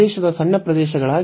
ಪ್ರದೇಶದ ಸಣ್ಣ ಪ್ರದೇಶಗಳಾಗಿ